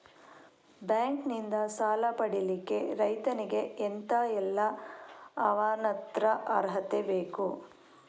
Bank ನಿಂದ ಸಾಲ ಪಡಿಲಿಕ್ಕೆ ರೈತನಿಗೆ ಎಂತ ಎಲ್ಲಾ ಅವನತ್ರ ಅರ್ಹತೆ ಬೇಕು?